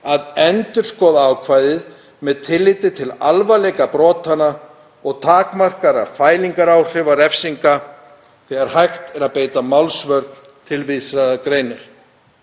að endurskoða ákvæðið með tilliti til alvarleika brotanna og takmarkaðra fælingaráhrifa refsinga þegar hægt er að beita málsvörn með tilvísun í þá grein.